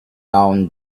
own